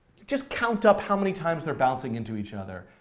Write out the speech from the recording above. just count up how many times they're bouncing into each other,